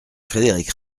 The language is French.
frédéric